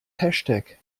hashtag